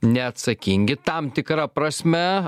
neatsakingi tam tikra prasme